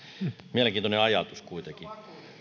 mielenkiintoinen ajatus kuitenkin